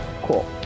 cool